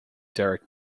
derek